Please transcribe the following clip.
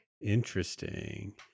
Interesting